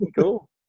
Cool